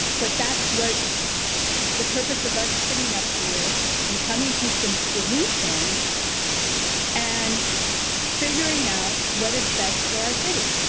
but that's what the purpose of us sitting up here and coming to some solutions and figuring out what is best for our city.